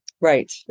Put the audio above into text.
Right